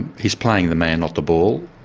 and he's playing the man not the ball.